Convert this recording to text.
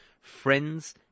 friends